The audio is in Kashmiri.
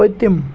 پٔتِم